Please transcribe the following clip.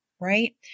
Right